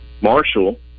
Marshall